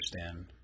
understand